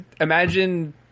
imagine